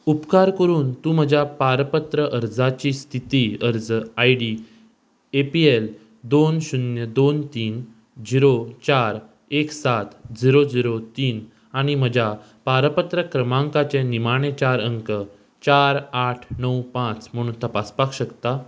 उपकार करून तूं म्हज्या पारपत्र अर्जाची स्थिती अर्ज I D A P L दोन शुन्य दोन तीन झिरो चार एक सात झिरो झिरो तीन आनी म्हज्या पारपत्र क्रमांकाचे निमाणे चार अंक चार आठ णव पांच म्हूण तपासपाक शकता